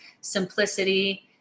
simplicity